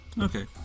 Okay